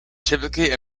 typically